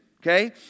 Okay